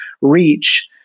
reach